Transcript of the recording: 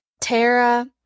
Tara